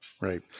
Right